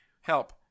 Help